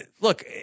Look